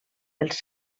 els